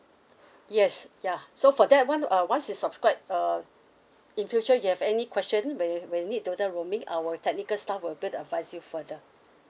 yes yeah so for that one uh once you subscribe uh in future you have any question where where need data roaming our technical staff will able to advise you further